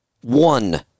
One